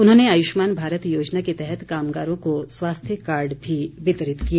उन्होंने आयुष्मान भारत योजना के तहत कामगारों को स्वास्थ्य कार्ड भी वितरित किए